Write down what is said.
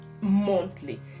monthly